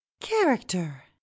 Character